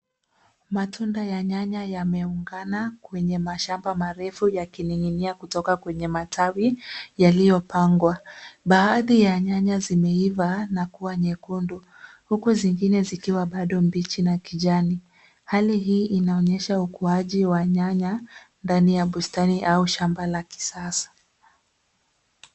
Matunda ya nyanya yameungana kwenye mashamba marefu yakining'inia kutoka kwenye matawi yaliyopangwa. Baadhi ya nyanya zimeiva na kuwa nyekundu, huku zingine zikiwa bado mbichi na kijani. Hali hii inaonyesha ukuaji wa nyanya, ndani ya bustani au shamba la kisasa.